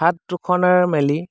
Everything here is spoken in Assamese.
হাত দুখনেৰে মেলি